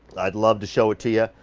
i'd love to show it to you.